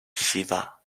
shiva